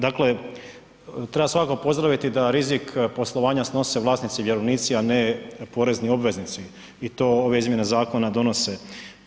Dakle, treba svakako pozdraviti da rizik poslovanja snose vlasnici i vjerovnici, a ne porezni obveznici i to ove izmjene zakona donose.